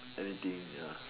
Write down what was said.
anything ya